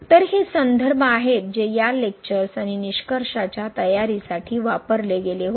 तर हे संदर्भ आहेत जे या लेक्चर्स आणि निष्कर्षांच्या तयारीसाठी वापरले गेले होते